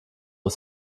ist